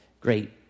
great